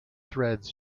threads